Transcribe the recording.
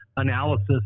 analysis